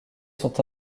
sont